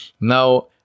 Now